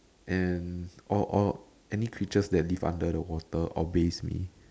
and all all any creatures that live under the water obeys me